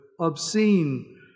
obscene